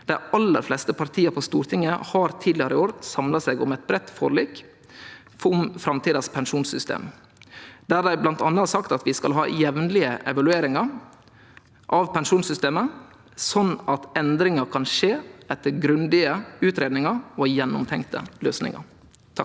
pensjonistar 4697 Stortinget har tidligere i år samlet seg om et historisk bredt forlik om framtidens pensjonssystem, der det bl.a. er slått fast at vi skal ha jevnlige evalueringer av pensjonssystemet, slik at endringer kan skje etter grundige utredninger og gjennomtenkte løsninger. Jeg